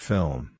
Film